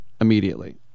immediately